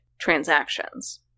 transactions